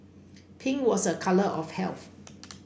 pink was a colour of health